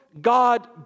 God